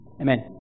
Amen